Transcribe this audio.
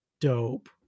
dope